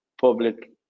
public